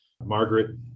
Margaret